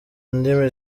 ndimi